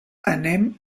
anem